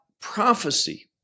prophecy